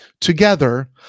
Together